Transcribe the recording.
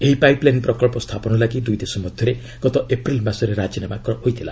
ଏହି ପାଇପ୍ଲାଇନ୍ ପ୍ରକଳ୍ପ ସ୍ଥାପନ ଲାଗି ଦୁଇ ଦେଶ ମଧ୍ୟରେ ଗତ ଏପ୍ରିଲ୍ ମାସରେ ରାଜିନାମା ହୋଇଥିଲା